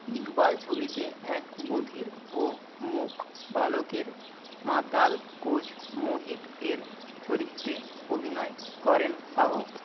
ইকবাল ছবিতে এক বধির ও মূক বালকের মাতাল কোচ মোহিতের চরিত্রে অভিনয় করেন শাহ